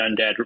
undead